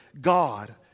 God